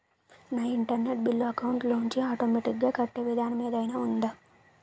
నా internet bill account లోంచి automatic గా కట్టే విధానం ఏదైనా ఉందా?